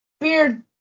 beard